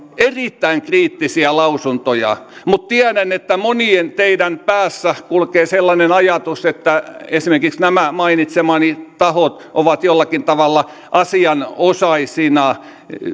erittäin kriittisiä lausuntoja mutta tiedän että monien teidän päässä kulkee sellainen ajatus että esimerkiksi nämä mainitsemani tahot ovat jollakin tavalla asianosaisina